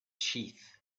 sheath